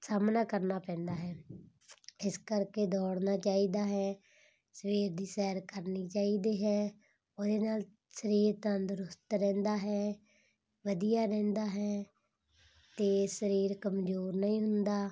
ਸਾਹਮਣਾ ਕਰਨਾ ਪੈਂਦਾ ਹੈ ਇਸ ਕਰਕੇ ਦੌੜਨਾ ਚਾਹੀਦਾ ਹੈ ਸਵੇਰ ਦੀ ਸੈਰ ਕਰਨੀ ਚਾਹੀਦੀ ਹੈ ਉਹਦੇ ਨਾਲ ਸਰੀਰ ਤੰਦਰੁਸਤ ਰਹਿੰਦਾ ਹੈ ਵਧੀਆ ਰਹਿੰਦਾ ਹੈ ਅਤੇ ਸਰੀਰ ਕਮਜ਼ੋਰ ਨਹੀਂ ਹੁੰਦਾ